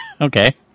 Okay